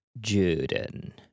Juden